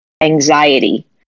anxiety